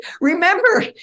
remember